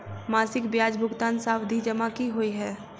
मासिक ब्याज भुगतान सावधि जमा की होइ है?